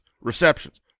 receptions